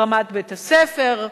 ברמת בית-הספר,